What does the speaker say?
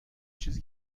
چیزی